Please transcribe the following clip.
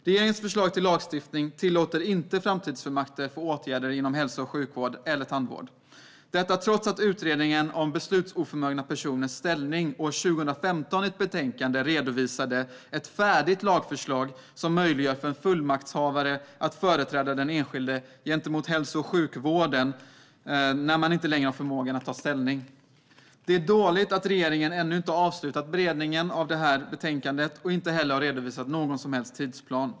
Regeringens förslag till lagstiftning tillåter inte framtidsfullmakter för åtgärder inom hälso och sjukvård eller tandvård, trots att Utredningen om beslutsoförmögna personers ställning i vård, omsorg och forskning år 2015 i ett betänkande redovisade ett färdigt lagförslag som möjliggör för en fullmaktshavare att företräda den enskilde gentemot hälso och sjukvården när man inte längre har förmågan att ta ställning. Det är dåligt att regeringen ännu inte har avslutat beredningen av detta betänkande och inte heller har redovisat någon tidsplan.